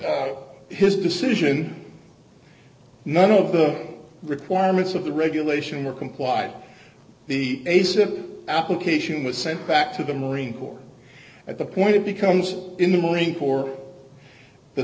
n his decision none of the requirements of the regulation were complied the basic application was sent back to the marine corps at the point it becomes in the marine cor